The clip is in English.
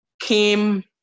came